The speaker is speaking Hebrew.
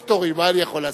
מה אני יכול לעשות?